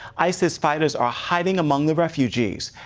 isis fighters are hiding among the refugees,